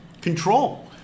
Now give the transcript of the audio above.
control